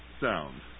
sound